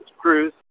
crews